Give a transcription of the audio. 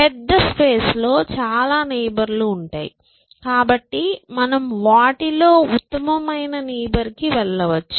పెద్ద స్పేస్ లో చాలా నైబర్ లు ఉంటాయి కాబట్టి మనం వాటిలో ఉత్తమమైన నైబర్ కి వెళ్ళవచ్చు